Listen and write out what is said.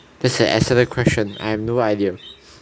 that's an excellent question I have no idea